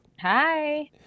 Hi